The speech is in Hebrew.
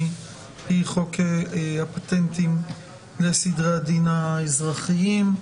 על-פי חוק הפטנטים לסדרי הדין האזרחיים.